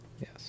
yes